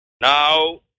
Now